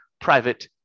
private